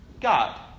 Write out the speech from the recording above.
God